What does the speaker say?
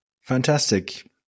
Fantastic